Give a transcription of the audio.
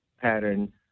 pattern